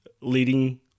leading